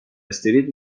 استریت